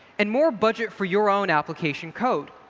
and more budget for your own application code.